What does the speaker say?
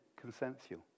consensual